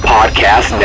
Podcast